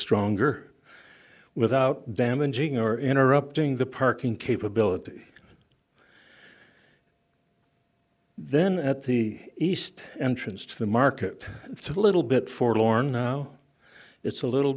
stronger without damaging or interrupting the parking capability then at the east entrance to the market it's a little bit forward or now it's a little